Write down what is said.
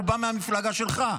הוא בא מהמפלגה שלך.